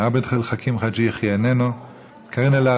עבד אל חכים חאג' יחיא,